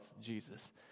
Jesus